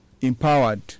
empowered